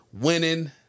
winning